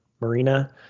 marina